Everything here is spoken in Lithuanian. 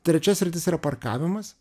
trečia sritis yra parkavimas